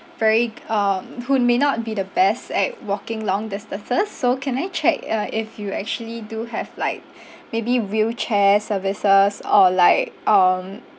very g~ um who may not be the best at walking long distances so can I check uh if you actually do have like maybe wheelchair services or like um